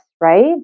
right